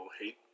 hate